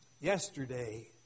yesterday